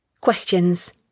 Questions